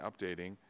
updating